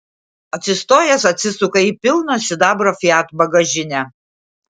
atsistojęs atsisuka į pilną sidabro fiat bagažinę